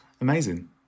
Amazing